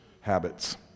habits